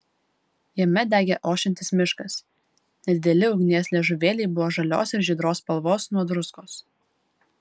jame degė ošiantis miškas nedideli ugnies liežuvėliai buvo žalios ir žydros spalvos nuo druskos